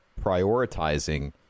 prioritizing